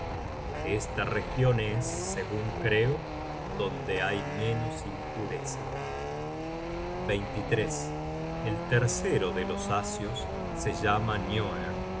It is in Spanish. esta region es segun creo donde hay menos impureza el tercero de los asios se llama